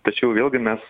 tačiau vėlgi mes